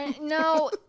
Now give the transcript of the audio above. No